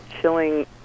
chilling